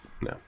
No